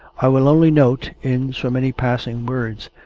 i will only note, in so many passing words,